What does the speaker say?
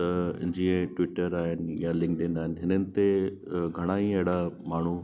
त जीअं ट्वीटर आहिनि या लिंकेडिन आहिनि हिननि ते घणा ई अहिड़ा माण्हू